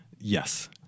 Yes